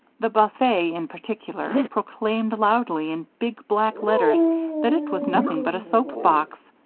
the buffet, in particular, proclaimed loudly in big black letters that it was nothing but a soap box,